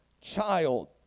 child